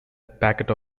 packet